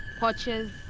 poachers,